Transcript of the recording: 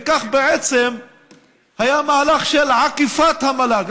וכך בעצם היה מהלך של עקיפת המל"ג,